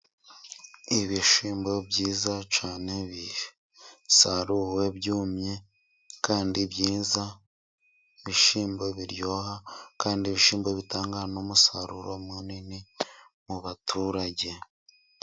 Ibishyimbo byinshi cyane bisaruwe byumye, kandi byiza ibishyimbo biryoha ,kandi ibishyimbo bitanga n'umusaruro munini mu baturage.